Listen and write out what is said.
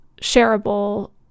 shareable